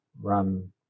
run